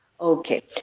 Okay